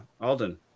Alden